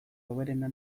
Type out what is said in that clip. hoberena